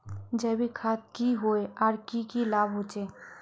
जैविक खाद की होय आर की की लाभ होचे?